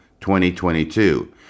2022